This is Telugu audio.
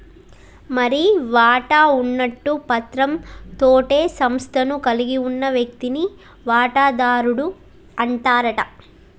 మరి వాటా ఉన్నట్టు పత్రం తోటే సంస్థను కలిగి ఉన్న వ్యక్తిని వాటాదారుడు అంటారట